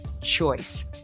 choice